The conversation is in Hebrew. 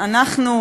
אנחנו,